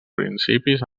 principis